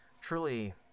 Truly